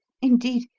indeed,